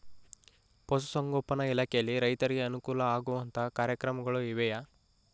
ಪಶುಸಂಗೋಪನಾ ಇಲಾಖೆಯಲ್ಲಿ ರೈತರಿಗೆ ಅನುಕೂಲ ಆಗುವಂತಹ ಕಾರ್ಯಕ್ರಮಗಳು ಇವೆಯಾ?